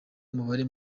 umubare